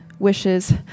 Wishes